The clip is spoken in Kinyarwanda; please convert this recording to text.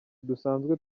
dusanzwe